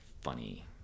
funny